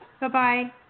Bye-bye